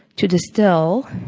to distill,